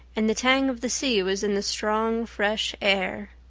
and the tang of the sea was in the strong, fresh air.